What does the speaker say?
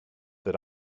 that